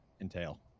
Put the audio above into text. entail